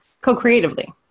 co-creatively